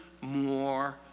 more